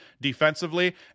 defensively